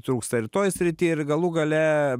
trūksta ir toj srity ir galų gale